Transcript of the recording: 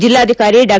ಜಿಲ್ಲಾಧಿಕಾರಿ ಡಾ